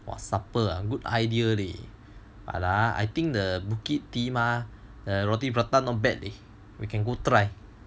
!wah! supper ah good ideas leh but ah I think the bukit timah the roti prata not bad leh we can go try